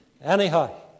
Anyhow